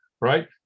right